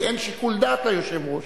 כי אין שיקול דעת ליושב-ראש.